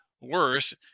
worse